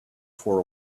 for